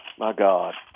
my god